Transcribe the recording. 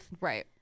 Right